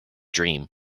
dream